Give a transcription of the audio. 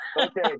Okay